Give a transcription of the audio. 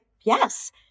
yes